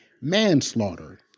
manslaughter